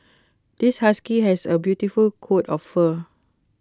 this husky has A beautiful coat of fur